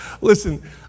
listen